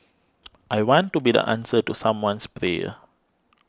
I want to be the answer to someone's prayer